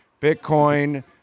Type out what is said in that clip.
Bitcoin